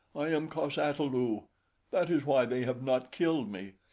i am cos-ata-lu that is why they have not killed me.